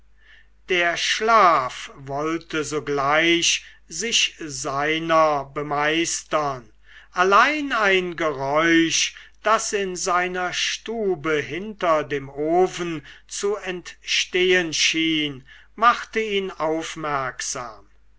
der schlaf wollte sogleich sich seiner bemeistern allein ein geräusch das in seiner stube hinter dem ofen zu entstehen schien machte ihn aufmerksam